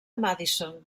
madison